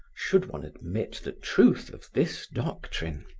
should one admit the truth of this doctrine.